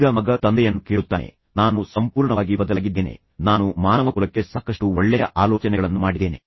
ಈಗ ಮಗ ತಂದೆಯನ್ನು ಕೇಳುತ್ತಾನೆ ನಾನು ಸಂಪೂರ್ಣವಾಗಿ ಬದಲಾಗಿದ್ದೇನೆ ನಾನು ಮಾನವಕುಲಕ್ಕೆ ಸಾಕಷ್ಟು ಒಳ್ಳೆಯ ಆಲೋಚನೆಗಳನ್ನು ಮಾಡಿದ್ದೇನೆ